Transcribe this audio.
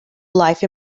life